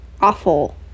awful